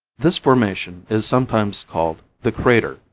this formation is sometimes called the crater,